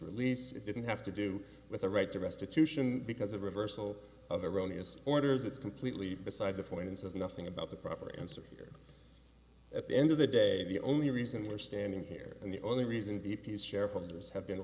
release it didn't have to do with a right to restitution because of reversal of iranian orders it's completely beside the point and says nothing about the proper answer there at the end of the day the only reason we're standing here and the only reason the piece shareholders have been